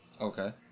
Okay